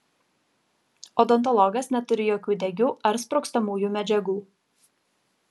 odontologas neturi jokių degių ar sprogstamųjų medžiagų